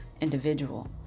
individual